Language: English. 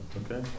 okay